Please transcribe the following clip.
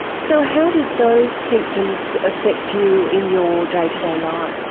so how did those symptoms affect you in your day-to-day life?